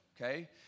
okay